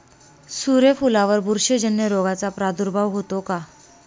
सूर्यफुलावर बुरशीजन्य रोगाचा प्रादुर्भाव होतो का?